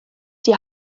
die